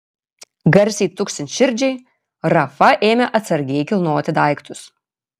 garsiai tuksint širdžiai rafa ėmė atsargiai kilnoti daiktus